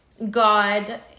God